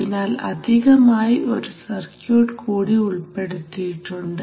ഇതിനാൽ അധികമായി ഒരു സർക്യൂട്ട് കൂടി ഉൾപ്പെടുത്തിയിട്ടുണ്ട്